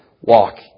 walk